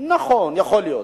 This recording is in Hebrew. נכון, יכול להיות.